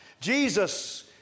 Jesus